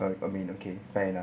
alright I mean okay fair enough